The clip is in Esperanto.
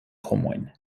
homojn